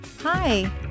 Hi